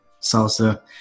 salsa